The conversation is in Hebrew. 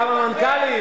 כמה מנכ"לים.